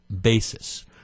basis